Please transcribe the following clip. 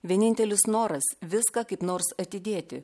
vienintelis noras viską kaip nors atidėti